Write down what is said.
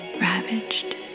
ravaged